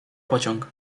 pociąg